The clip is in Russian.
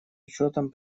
учетом